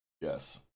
yes